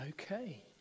okay